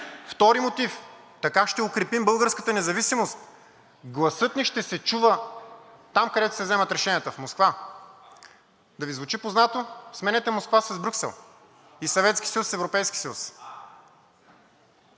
Втори мотив – така ще укрепим българската независимост, гласът ни ще се чува там, където се взимат решенията – в Москва. Да Ви звучи познато? Сменете Москва с Брюксел и Съветския